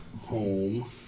Home